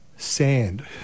Sand